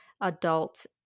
adult